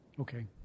Okay